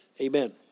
Amen